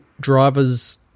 driver's